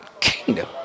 kingdom